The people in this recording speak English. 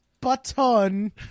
button